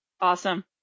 awesome